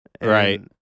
Right